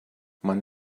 man